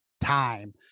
time